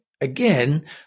Again